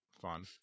fun